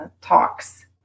talks